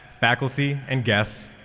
faculty, and guests,